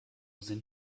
sind